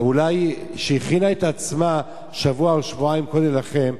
שהכינה את עצמה שבוע או שבועיים קודם לכן,